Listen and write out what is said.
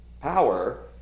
power